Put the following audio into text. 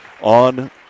on